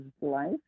life